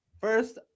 First